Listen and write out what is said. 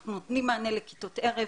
אנחנו נותנים מענה לכיתות ערב,